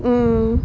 um